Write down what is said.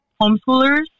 homeschoolers